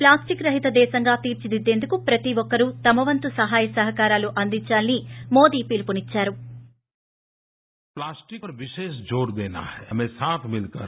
plastic రహిత దేశంగా తీర్చిదిద్దేందుకు ప్రతి ఒక్కరు తమ వంతు సహాయ సహకారాలు అందించాలని మోదీ పిలుపునిచ్చారు